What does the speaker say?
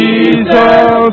Jesus